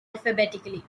alphabetically